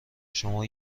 شما